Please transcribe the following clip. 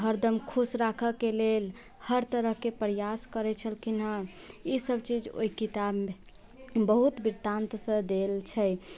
हरदम खुश राखै के लेल हर तरह के प्रयास करै छलखिन हँ इसब चीज ओहि किताब मे बहुत वृतांत सॅं देल छै